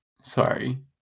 Sorry